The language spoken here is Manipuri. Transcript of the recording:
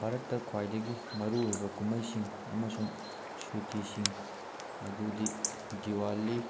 ꯚꯥꯔꯠꯇ ꯈ꯭ꯋꯥꯏꯗꯒꯤ ꯃꯔꯨꯑꯣꯏꯕ ꯀꯨꯝꯍꯩꯁꯤꯡ ꯑꯃꯁꯨꯡ ꯁꯨꯇꯤꯁꯤꯡ ꯑꯗꯨꯗꯤ ꯗꯤꯋꯥꯂꯤ